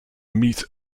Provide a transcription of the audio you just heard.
meet